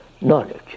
knowledge